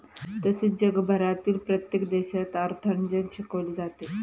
तसेच जगभरातील प्रत्येक देशात अर्थार्जन शिकवले जाते